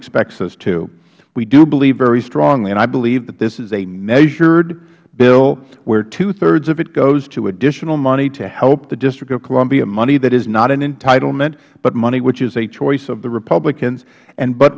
expects us to we do believe very strongly and i believe that this is a measured bill where two thirds of it goes to additional money to help the district of columbia money that is not an entitlement but money which is a choice of the republicans and but